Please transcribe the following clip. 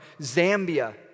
Zambia